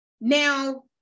Now